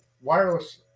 wireless